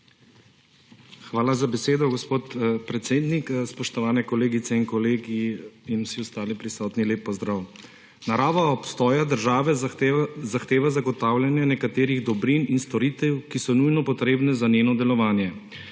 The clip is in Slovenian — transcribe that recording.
Hvala za besedo, gospod predsednik. Spoštovane kolegice in kolegi ter ostali prisotni, lep pozdrav! Narava obstoja države zahteva zagotavljanje nekaterih dobrin in storitev, ki so nujno potrebne za njeno delovanje.